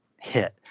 hit